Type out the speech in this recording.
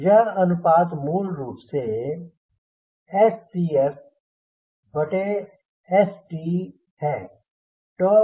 यह अनुपात मूल रूप से ScfSt है